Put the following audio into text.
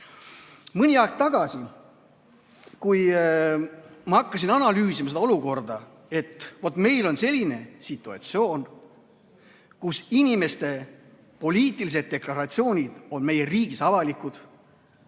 Mõni aeg tagasi ma hakkasin analüüsima seda olukorda, et meil on selline situatsioon, kus inimeste poliitilised deklaratsioonid on meie riigis avalikud.